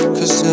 Cause